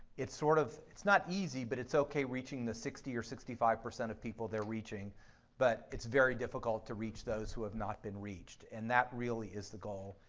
it's sort of it's not easy but it's okay reaching the sixty or sixty five percent of people they're reaching but it's very difficult to reach those that have not been reached and that really is the goal.